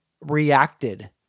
reacted